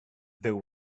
there